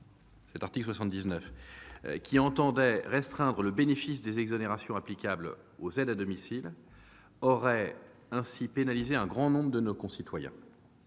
cet article, qui entendait restreindre le bénéfice des exonérations applicables aux aides à domicile, aurait ainsi pénalisé un grand nombre de nos concitoyens.